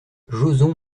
joson